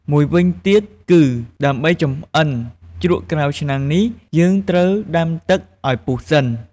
មួយវិញទៀតគឺ ដើម្បចម្អិនជ្រក់ក្រៅឆ្នាំងនេះ យើងត្រូវទឹកដាំឱ្យពុះសិន។